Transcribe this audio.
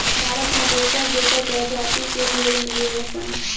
भारत में दोसर दोसर प्रजाति के भेड़ मिलेलन सन